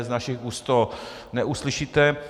Z našich úst to neuslyšíte.